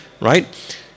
Right